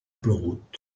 plogut